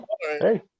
Hey